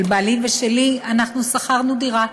של בעלי ושלי, אנחנו שכרנו דירה,